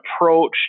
approach